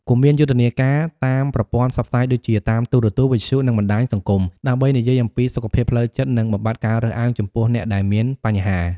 គួរមានយុទ្ធនាការតាមប្រព័ន្ធផ្សព្វផ្សាយដូចជា តាមទូរទស្សន៍ វិទ្យុ និងបណ្ដាញសង្គម ដើម្បីនិយាយអំពីសុខភាពផ្លូវចិត្ត និងបំបាត់ការរើសអើងចំពោះអ្នកដែលមានបញ្ហា។